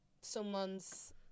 someone's